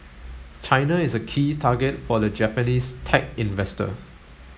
China is a key target for the Japanese tech investor